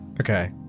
Okay